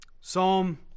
Psalm